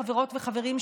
חברות וחברים,